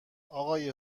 اقای